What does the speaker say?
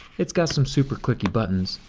it's got some super clicky buttons,